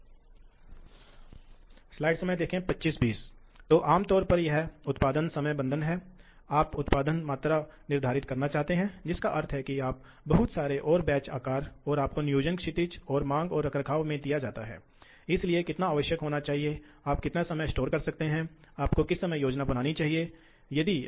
धुरी के लिए यह पता चला है कि फिर से ड्राइव की आवश्यकता को हटाए गए सामग्री की मात्रा से संबंधित है इसलिए निकाली गई सामग्री की मात्रा धुरी की क्रांति के प्रति फ़ीड है ठीक है प्रति धुरी की क्रांति के लिए फ़ीड टी कट की गहराई है और डी कटर के काम के टुकड़े का व्यास है और